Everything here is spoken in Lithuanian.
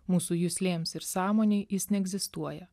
mūsų juslėms ir sąmonei jis neegzistuoja